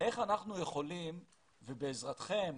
איך אנחנו יכולים בעזרתכם,